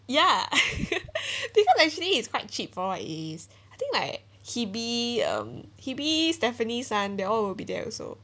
ya because actually is quite cheap for is I think like hebe um hebe stephanie sun they all will be there also